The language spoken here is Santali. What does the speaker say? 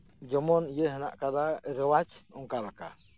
ᱡᱮᱢᱚᱱ ᱤᱭᱟᱹ ᱦᱮᱱᱟᱜ ᱟᱠᱟᱫᱟ ᱨᱮᱣᱟᱡ ᱚᱱᱠᱟᱞᱮᱠᱟ